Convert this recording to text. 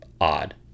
odd